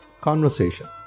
conversation